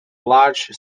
large